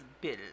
Bill